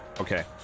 Okay